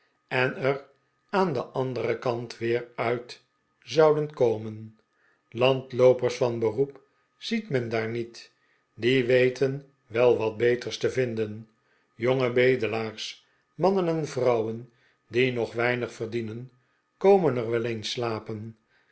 en er aan den anderen kant weer uit zouden komen landloopers van beroep ziet men daar niet die weten wel wat beters te vinden jonge bedelaars mannen en vrouwen die nog weinig verdienen komen er wel eens slapen